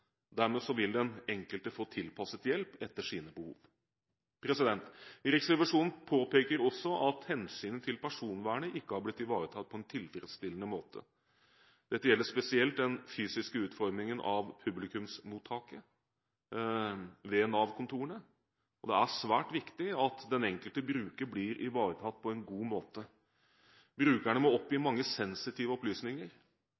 vil den enkelte få tilpasset hjelp etter sine behov. Riksrevisjonen påpeker også at hensynet til personvernet ikke har blitt ivaretatt på en tilfredsstillende måte. Dette gjelder spesielt den fysiske utformingen av publikumsmottaket ved Nav-kontorene. Det er svært viktig at den enkelte bruker blir ivaretatt på en god måte. Brukerne må oppgi